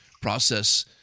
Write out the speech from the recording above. process